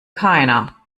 keiner